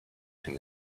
and